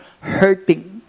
hurting